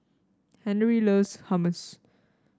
Henery loves Hummus